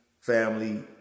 family